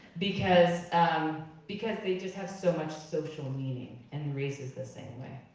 because because they just have so much social meaning, and race is the same way.